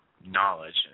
knowledge